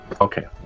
okay